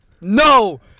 No